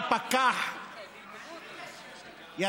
היו פקחים באים, זה היה הדבר הכי קשה מבחינתנו.